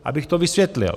Abych to vysvětlil.